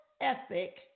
ethic